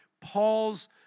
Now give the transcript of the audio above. Paul's